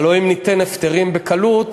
הלוא אם ניתן הפטרים בקלות,